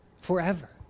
forever